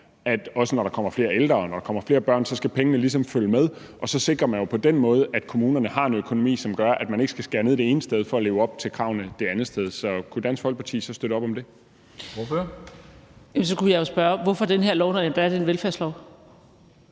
også når der kommer flere ældre, og når der kommer flere børn, ligesom skal følge med, og på den måde sikrer man, at kommunerne har en økonomi, som gør, at man ikke skal skære ned det ene sted for at leve op til kravene det andet sted. Så kunne Dansk Folkeparti støtte op om det? Kl. 17:53 Formanden (Henrik